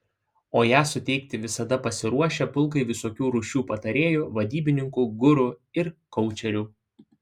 o ją suteikti visada pasiruošę pulkai visokių rūšių patarėjų vadybininkų guru ir koučerių